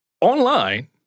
online